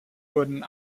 wurden